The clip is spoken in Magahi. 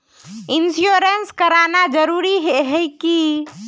इंश्योरेंस कराना जरूरी ही है की?